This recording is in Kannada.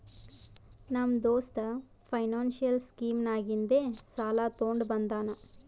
ನಮ್ಮ ದೋಸ್ತ ಫೈನಾನ್ಸಿಯಲ್ ಸ್ಕೀಮ್ ನಾಗಿಂದೆ ಸಾಲ ತೊಂಡ ಬಂದಾನ್